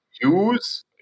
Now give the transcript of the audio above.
use